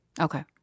Okay